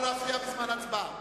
לא להפריע בזמן הצבעה.